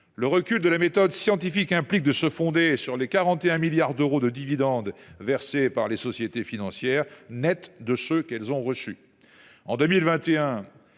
Le recul de la méthode scientifique implique de se fonder sur les 41 milliards d’euros de dividendes versés par les sociétés financières, nets de ceux qu’elles ont reçus.